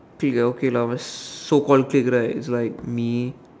okay lah okay lah must soak all check right is like me